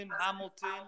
Hamilton